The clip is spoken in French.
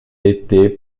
été